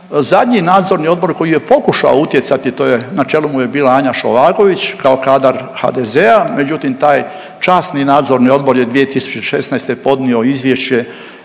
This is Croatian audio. zadnji nadzorni odbor koji je pokušao utjecati, a to je, na čelu mu je bila Anja Šovagović kao kadar HDZ-a, međutim taj časni nadzorni odbor je 2016. podnio izvješće